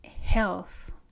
health